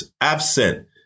absent